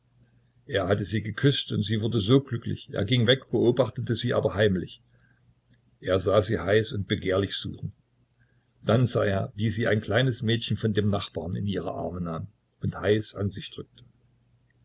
er hatte sie geküßt und sie wurde so glücklich er ging weg beobachtete sie aber heimlich er sah sie heiß und begehrlich suchen dann sah er wie sie ein kleines mädchen von dem nachbarn in ihre arme nahm und heiß an sich drückte